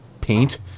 paint